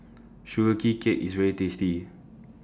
Sugee Cake IS very tasty